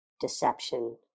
deception